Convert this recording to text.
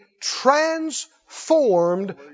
transformed